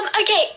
okay